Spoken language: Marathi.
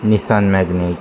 निसान मॅगनो